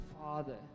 Father